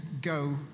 go